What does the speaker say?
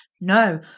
No